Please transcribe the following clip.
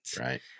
Right